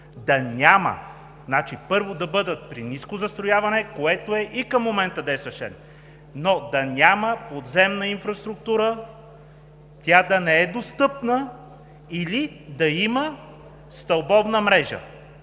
условия. Първо, да бъдат при ниско застрояване, което е и към момента действащ член, но да няма подземна инфраструктура, тя да не е достъпна или да има стълбовна мрежа.